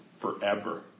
forever